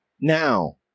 Now